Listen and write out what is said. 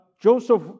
Joseph